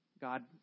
God